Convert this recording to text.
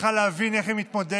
צריכה להבין איך היא מתמודדת,